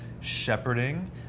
shepherding